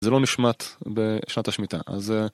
זה לא נשמט בשנת השמיטה, אז...